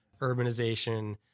Urbanization